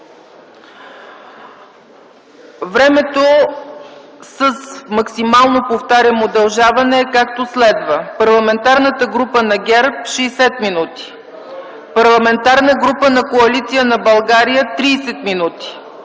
времето с максимално удължаване е както следва: - Парламентарната група на ГЕРБ - 60 минути; - Парламентарната група на Коалиция за България – 30 минути;